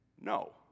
no